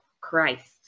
Christ